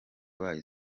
bayo